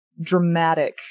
dramatic